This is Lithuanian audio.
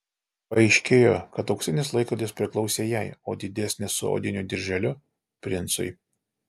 paaiškėjo kad auksinis laikrodis priklausė jai o didesnis su odiniu dirželiu princui